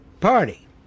party